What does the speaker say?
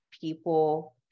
people